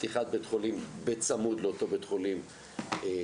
ופתיחת בית חולים בצמוד לאותו בית חולים שנפגע,